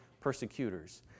persecutors